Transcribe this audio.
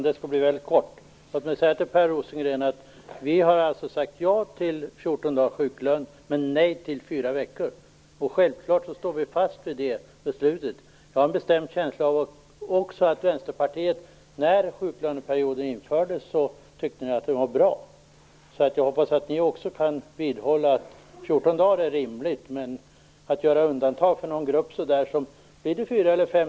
Fru talman! Mitt inlägg skall bli väldigt kort. Låt mig säga till Per Rosengren att vi i Folkpartiet har sagt ja till 14 dagars sjuklön, men nej till fyra veckor. Självfallet står vi fast vid det beslutet. Jag har en bestämd känsla av att också ni i Vänsterpartiet tyckte att sjuklöneperioden var bra när den infördes. Jag hoppas att ni också kan vidhålla att 14 dagar är rimligt. Att göra undantag för en grupp är svårt.